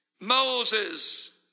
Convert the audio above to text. Moses